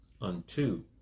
unto